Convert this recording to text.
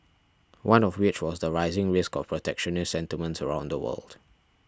one of which was the rising risk of protectionist sentiments around the world